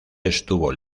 estuvo